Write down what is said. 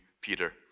Peter